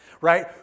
right